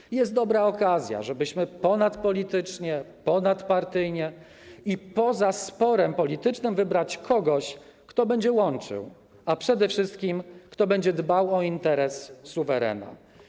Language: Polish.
I jest dobra okazja, żebyśmy ponadpolitycznie, ponadpartyjnie i poza sporem politycznym wybrali kogoś, kto będzie łączył, a przede wszystkim kogoś, kto będzie dbał o interes suwerena.